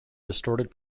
distorted